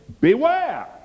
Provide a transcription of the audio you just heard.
beware